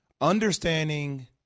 Understanding